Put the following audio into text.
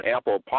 Apple